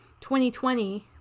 2020